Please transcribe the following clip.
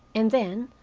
and then,